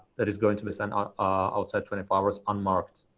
that is going to be sent ah ah outside twenty four hours unmarked.